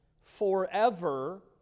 forever